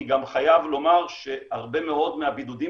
אני גם חייב לומר שהרבה מאוד מהבידודים